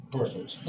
Perfect